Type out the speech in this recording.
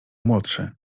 młodszy